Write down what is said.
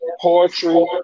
poetry